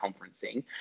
conferencing